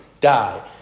die